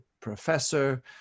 professor